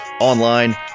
online